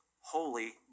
holy